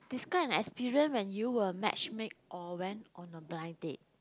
describe an experience when you were match mate or went on a blind date